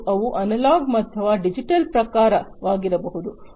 ಮತ್ತು ಇವು ಅನಲಾಗ್ ಅಥವಾ ಡಿಜಿಟಲ್ ಪ್ರಕಾರವಾಗಿರಬಹುದು